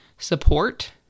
support